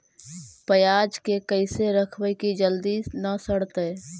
पयाज के कैसे रखबै कि जल्दी न सड़तै?